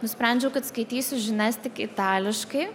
nusprendžiau kad skaitysiu žinias tik itališkai